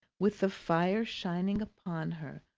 with the fire shining upon her,